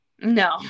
no